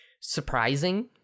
surprising